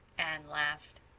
anne laughed.